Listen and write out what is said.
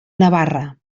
navarra